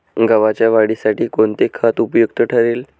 गव्हाच्या वाढीसाठी कोणते खत उपयुक्त ठरेल?